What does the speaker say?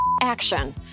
Action